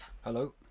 Hello